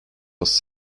was